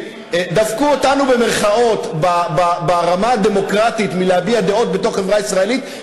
דפקו אותנו ברמה הדמוקרטית מלהביע דעות בתוך החברה הישראלית,